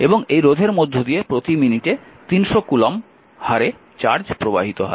এবং এই রোধের মধ্য দিয়ে প্রতি মিনিটে 300 কুলম্ব হারে চার্জ প্রবাহিত হয়